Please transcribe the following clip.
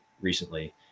recently